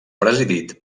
presidit